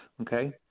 okay